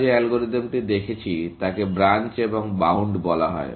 আমরা যে অ্যালগরিদমটি দেখছি তাকে ব্রাঞ্চ এবং বাউন্ড বলা হয়